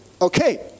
Okay